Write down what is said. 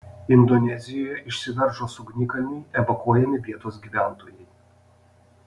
indonezijoje išsiveržus ugnikalniui evakuojami vietos gyventojai